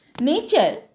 Nature